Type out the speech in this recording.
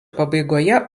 pabaigoje